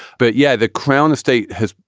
but yeah, the crown estate has,